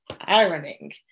ironing